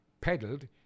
peddled